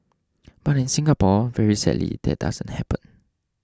but in Singapore very sadly that doesn't happen